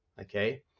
okay